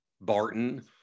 Barton